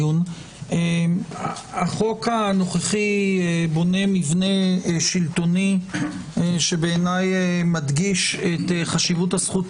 החוק הנוכחי בונה מבנה שלטוני שבעיניי מדגיש את חשיבות הזכות